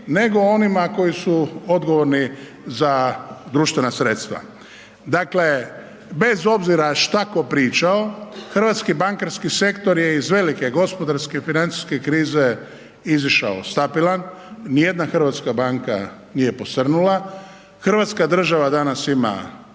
nego o onima koji su odgovorni za društvena sredstva. Dakle, bez obzira šta ko pričao, hrvatski bankarski sektor, hrvatski bakarski sektor je iz velike gospodarske i financijske krize izišao stabilan, nijedna hrvatska banka nije posrnula, hrvatska država danas ima